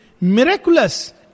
miraculous